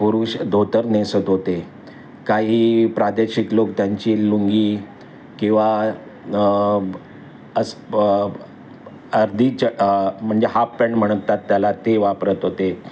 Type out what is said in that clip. पुरुष धोतर नेसत होते काही प्रादेशिक लोक त्यांची लुंगी किंवा अस अर्धी च म्हणजे हाप पॅन्ट म्हणतात त्याला ते वापरत होते